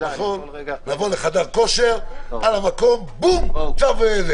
נבוא לחדר כושר, על המקום בום, צו.